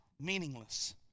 meaningless